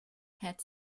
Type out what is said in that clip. had